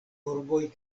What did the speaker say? urboj